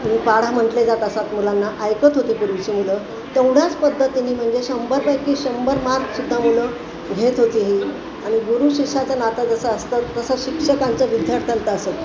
आणि पाढा म्हटले जात असत मुलांना ऐकत होती पूर्वीची मुलं तेवढ्याच पद्धतीनी म्हणजे शंभरपैकी शंभर मार्कसुद्धा मुलं घेत होती ही आणि गुरुशिष्याचं नातं जसं असतं तसं शिक्षकांचं विद्यार्थ्यांचं असतं